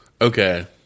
Okay